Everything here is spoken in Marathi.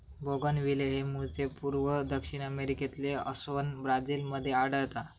बोगनविले हे मूळचे पूर्व दक्षिण अमेरिकेतले असोन ब्राझील मध्ये आढळता